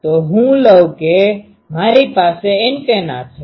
તો હું લવ કે મારી પાસે એન્ટેના છે